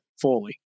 fully